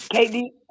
Katie